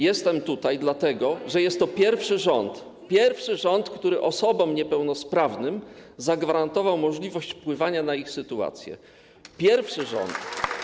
Jestem tutaj dlatego, że jest to pierwszy rząd, który osobom niepełnosprawnym zagwarantował możliwość wpływania na ich sytuację - pierwszy rząd.